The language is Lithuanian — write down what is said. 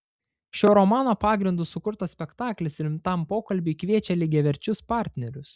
šio romano pagrindu sukurtas spektaklis rimtam pokalbiui kviečia lygiaverčius partnerius